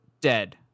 dead